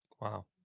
Wow